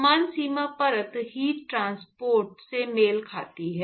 तापमान सीमा परत हीट ट्रांसपोर्ट से मेल खाती है